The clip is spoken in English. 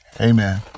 Amen